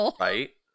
Right